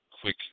quick